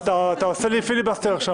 אתה עושה לי פיליבסטר עכשיו.